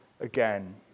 again